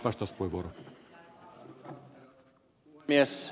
arvoisa herra puhemies